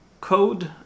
code